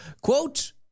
Quote